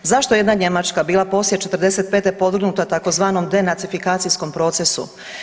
Zašto je jedna Njemačka bila poslije '45. podvrgnuta tzv. denacifikacijskom procesu.